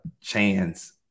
chance